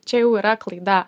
čia jau yra klaida